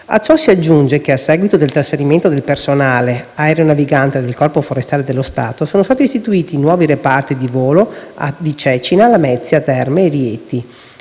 A ciò si aggiunga che, a seguito del trasferimento del personale aeronavigante del Corpo forestale dello Stato, sono stati istituiti i nuovi reparti di volo di Cecina, Lamezia Terme e Rieti.